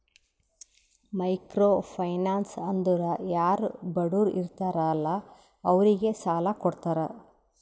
micro finance ಅಂದುರ್ ಯಾರು ಬಡುರ್ ಇರ್ತಾರ ಅಲ್ಲಾ ಅವ್ರಿಗ ಸಾಲ ಕೊಡ್ತಾರ್